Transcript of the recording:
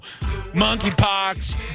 monkeypox